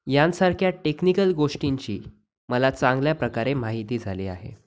या सारख्या टेक्निकल गोष्टींची मला चांगल्या प्रकारे माहिती झाली आहे